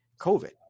COVID